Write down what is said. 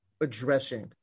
addressing